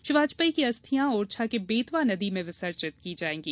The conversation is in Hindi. श्री वाजपेयी की अस्थियां ओरछा में बेतवा नदी में विसर्जित की जाएंगी